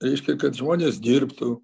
reiškia kad žmonės dirbtų